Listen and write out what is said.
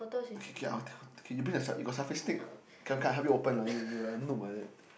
okay okay I will take I okay you bring you got selfie stick okay okay I help you open lah you like noob like that